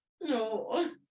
No